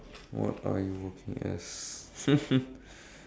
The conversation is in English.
what are you working as